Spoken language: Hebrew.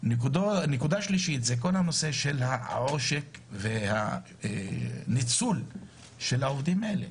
כל הנושא של העושק והניצול של העובדים האלה.